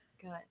good